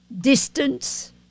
distance